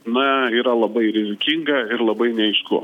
na yra labai rizikinga ir labai neaišku